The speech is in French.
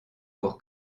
pour